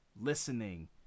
listening